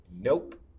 Nope